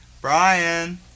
Brian